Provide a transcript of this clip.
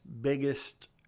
biggest